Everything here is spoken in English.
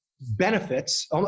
benefits